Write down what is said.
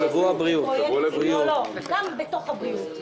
גם בתוך הבריאות.